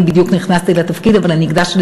אני בדיוק נכנסתי לתפקיד אבל אני הקדשתי